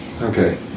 Okay